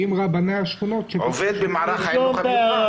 עם רבני השכונות --- "עובד במערך החינוך המיוחד".